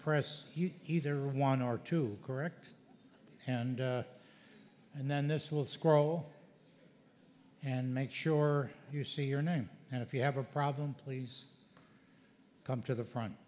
press either one or two correct and and then this will scroll and make sure you see your name and if you have a problem please come to the front